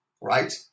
right